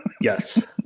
Yes